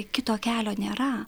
kito kelio nėra